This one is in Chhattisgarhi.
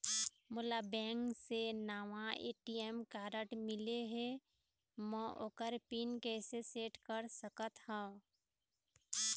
मोला बैंक से नावा ए.टी.एम कारड मिले हे, म ओकर पिन कैसे सेट कर सकत हव?